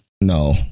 No